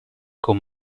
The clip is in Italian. con